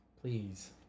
Please